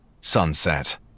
Sunset